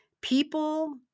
People